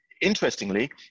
interestingly